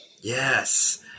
Yes